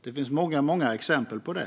Det finns många exempel på det.